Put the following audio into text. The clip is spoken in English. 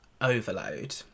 Overload